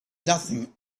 nothing